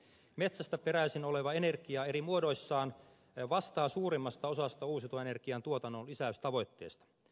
metsästä peräisin oleva energia eri muodoissaan vastaa suurimmasta osasta uusiutuvan energian tuotannon lisäystavoitetta